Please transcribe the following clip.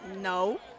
No